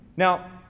Now